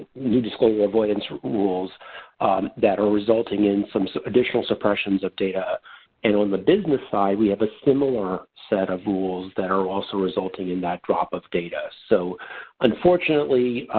new disclosure avoidance rules that are resulting in so additional proportions of data and on the business side we have a similar set of rules that are also resulting in that drop of data, so unfortunately,